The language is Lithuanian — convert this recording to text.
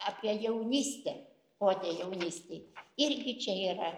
apie jaunystę odė jaunystei irgi čia yra